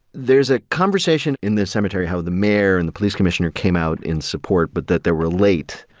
there's a conversation in the cemetery, how the mayor and the police commissioner came out in support but that they were late.